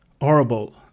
horrible